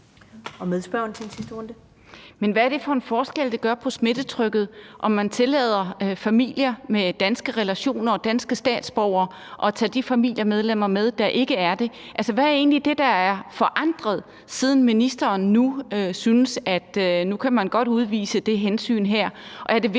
hvad er det for en forskel, det gør på smittetrykket, at man tillader familier med danske relationer og danske statsborgere at tage de familiemedlemmer med, der ikke er det? Altså, hvad er det egentlig, der er forandret, siden ministeren synes, at nu kan man godt udvise det her